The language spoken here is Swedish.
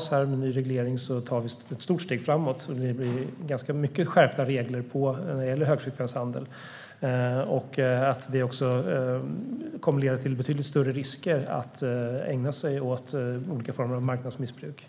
en ny reglering tar ett stort steg framåt. Det är många skärpta regler när det gäller högfrekvenshandel. Det kommer att leda till betydligt större risker att ägna sig åt olika former av marknadsmissbruk.